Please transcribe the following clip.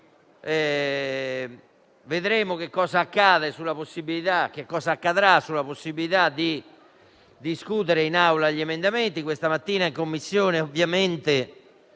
vedremo che cosa accadrà rispetto alla possibilità di discutere in Aula gli emendamenti. Questa mattina in Commissione, ovviamente,